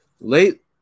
late